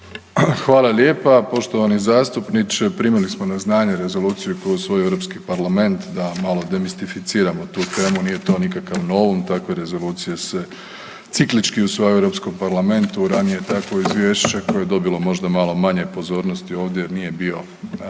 Hvala lijepa. Poštovani zastupniče, primili smo na znanje rezoluciju koju je usvojio Europski parlament da malo demistificiramo tu temu, nije to nikakav noum, takve rezolucije se ciklički usvajaju u Europskom parlamentu, ranije takvo izvješće koje je dobilo možda malo manje pozornosti ovdje jer nije bio